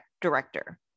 director